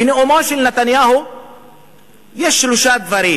בנאומו של נתניהו יש שלושה דברים